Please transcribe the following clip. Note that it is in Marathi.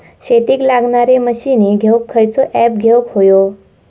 शेतीक लागणारे मशीनी घेवक खयचो ऍप घेवक होयो?